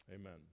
amen